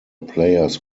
players